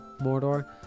Mordor